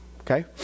Okay